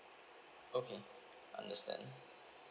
okay understand